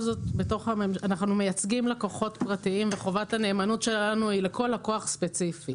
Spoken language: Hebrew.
אנחנו מייצגים לקוחות פרטיים וחובת הנאמנות שלנו היא לכל לקוח ספציפי.